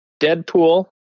Deadpool